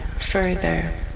further